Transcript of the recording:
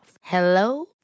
Hello